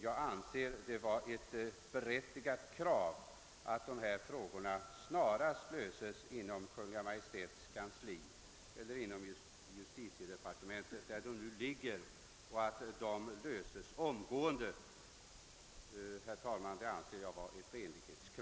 Jag anser det vara ett renlighetskrav, herr statsråd, att dessa frågor omgående löses inom justitiedepartementet, där de nu ligger.